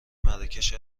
مراکش